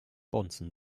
bonzen